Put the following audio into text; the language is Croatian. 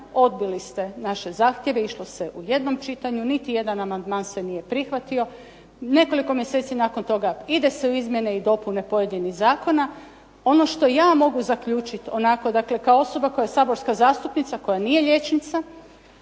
odbili ste naše zahtjeve išlo se u jednom čitanju, niti jedan amandman se nije prihvatio, nekoliko mjeseci nakon toga ide se u izmjene i dopune pojedinih zakona. Ono što ja mogu zaključiti onako dakle kao osoba koja je saborska zastupnica koja nije liječnica,